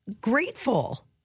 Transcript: Grateful